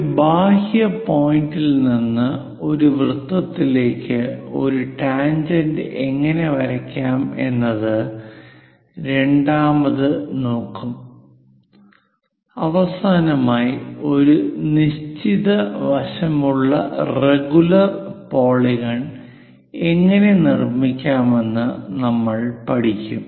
ഒരു ബാഹ്യ പോയിന്റിൽ നിന്ന് ഒരു വൃത്തത്തിലേക്കു ഒരു ടാൻജെന്റ് എങ്ങനെ വരയ്ക്കാം എന്നത് രണ്ടാമത് നോക്കും അവസാനമായി ഒരു നിശ്ചിത വശമുള്ള റെഗുലർ പോളിഗോൺ എങ്ങനെ നിർമ്മിക്കാമെന്ന് നമ്മൾ പഠിക്കും